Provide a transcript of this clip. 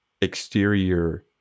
exterior